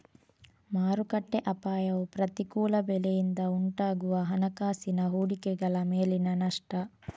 ಮಾರುಕಟ್ಟೆ ಅಪಾಯವು ಪ್ರತಿಕೂಲ ಬೆಲೆಯಿಂದ ಉಂಟಾಗುವ ಹಣಕಾಸಿನ ಹೂಡಿಕೆಗಳ ಮೇಲಿನ ನಷ್ಟ